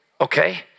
Okay